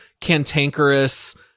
cantankerous